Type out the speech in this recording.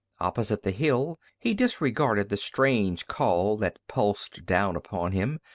opposite the hill he disregarded the strange call that pulsed down upon him,